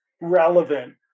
relevant